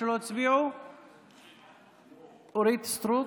אינו נוכח מיכאל מרדכי ביטון,